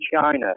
China